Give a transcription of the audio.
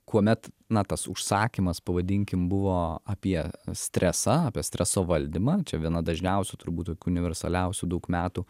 kuomet na tas užsakymas pavadinkim buvo apie stresą apie streso valdymą čia viena dažniausių turbūt tokių universaliausių daug metų